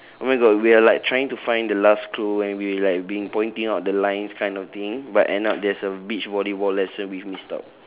oh my god we are like trying to find the last clue and we like been pointing out the lines kind of thing but end up there's a beach volleyball lesson we've missed out